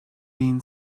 been